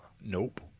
Nope